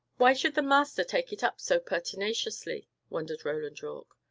why should the master take it up so pertinaciously? wondered roland yorke.